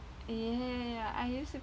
ya ya ya I use